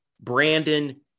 Brandon